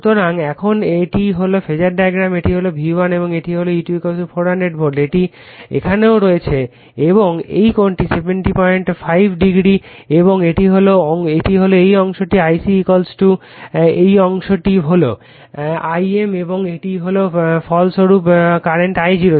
সুতরাং এখন এটি হল ফেজার ডায়াগ্রাম এটি হল V1 এবং এটি হল E2 400 ভোল্ট E1 এখানেও রয়েছে এবং এই কোণটি 705o এবং এটি হল এই অংশটি হল Ic এবং এই অংশটি হল I m এবং এটি হল ফলস্বরূপ বর্তমান I0